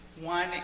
One